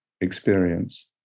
experience